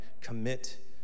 commit